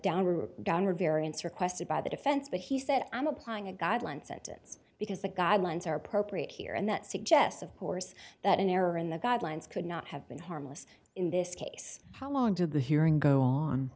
downward downward variance requested by the defense but he said i am applying a guideline sentence because the guidelines are appropriate here and that suggests of course that an error in the guidelines could not have been harmless in this case how long did the hearing go on